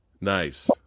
Nice